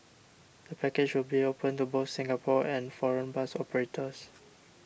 the package will be open to both Singapore and foreign bus operators